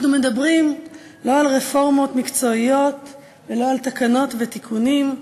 אנחנו לא מדברים על רפורמות מקצועיות ולא על תקנות ותיקונים,